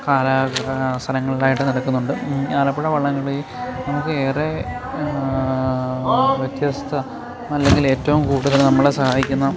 സ്ഥലങ്ങളിലായിട്ട് നടക്കുന്നുണ്ട് ഈ ആലപ്പുഴ വള്ളംകളി നമുക്ക് ഏറെ വ്യത്യസ്ത അല്ലെങ്കിൽ ഏറ്റവും കൂടുതൽ നമ്മളെ സഹായിക്കുന്ന